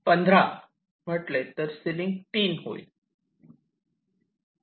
15 म्हटले तर सीलिंग 3 होईल